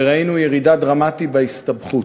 וראינו ירידה דרמטית בהסתבכות.